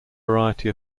variety